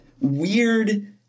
weird